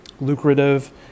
lucrative